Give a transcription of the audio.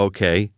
Okay